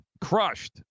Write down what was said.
crushed